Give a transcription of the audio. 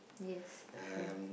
yes definitely